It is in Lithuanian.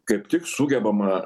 kaip tik sugebama